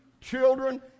children